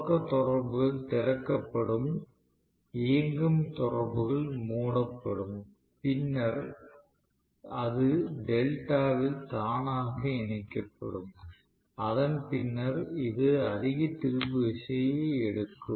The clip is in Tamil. தொடக்க தொடர்புகள் திறக்கப்படும் இயங்கும் தொடர்புகள் மூடப்படும் பின்னர் அது டெல்டாவில் தானாக இணைக்கப்படும் அதன் பின்னர் அது அதிக திருப்பு விசையை எடுக்கும்